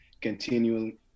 continuing